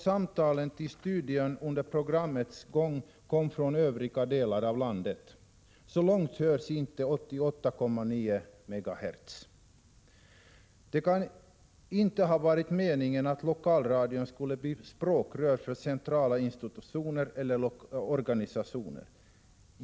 Samtalen till studion under programmets gång kom enligt uppgift från övriga delar av landet. Så långt hörs inte 88,9 megahertz. Det kan inte ha varit meningen att lokalradion skulle bli språkrör för centrala institutioner eller organisationer.